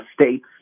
states